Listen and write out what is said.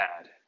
Bad